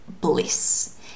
bliss